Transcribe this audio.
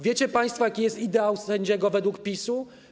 Wiecie państwo, jaki jest ideał sędziego według PiS-u?